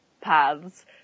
paths